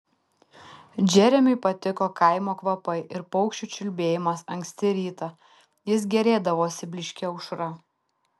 džeremiui patiko kaimo kvapai ir paukščių čiulbėjimas anksti rytą jis gėrėdavosi blyškia aušra